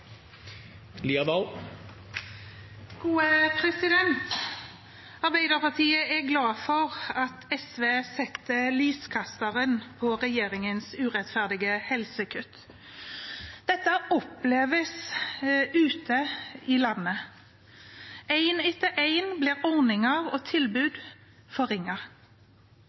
glad for at SV setter lyskasteren på regjeringens urettferdige helsekutt. Dette oppleves ute i landet. Én etter én blir ordninger og tilbud